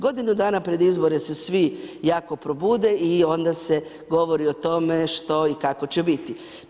Godinu dana pred izbore se svi jako probude i onda se govori o tome što i kako će biti.